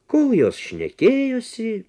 kol jos šnekėjosi